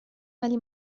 ولی